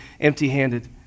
empty-handed